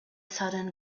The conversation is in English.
sudden